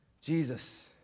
jesus